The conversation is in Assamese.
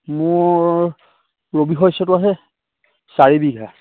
মোৰ ৰবি শস্যটো আহে চাৰি বিঘা